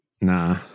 nah